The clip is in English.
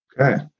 Okay